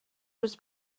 روز